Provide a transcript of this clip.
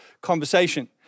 conversation